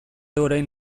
orain